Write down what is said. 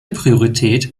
priorität